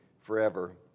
forever